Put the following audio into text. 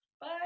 Bye